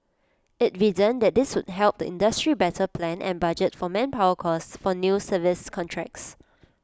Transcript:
IT reasoned that this would help the industry better plan and budget for manpower costs for new service contracts